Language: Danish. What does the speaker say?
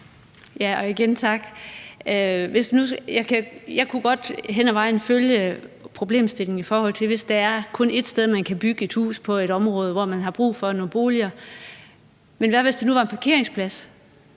(UFG): Igen tak. Jeg kan godt hen ad vejen følge problemstillingen, hvis det er sådan, at der kun er ét sted, hvor man kan bygge et hus på et område, hvor man har brug for nogle boliger. Men hvad så, hvis det nu var en parkeringsplads?